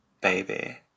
Baby